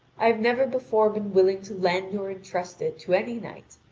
i have never before been willing to lend or entrust it to any knight,